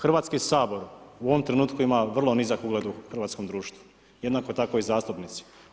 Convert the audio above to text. Hrvatski sabor u ovom trenutku ima vrlo nizak ugled u hrvatskom društvu, jednako tako i zastupnici.